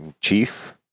Chief